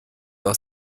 aus